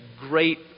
great